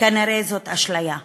כנראה זאת אשליה.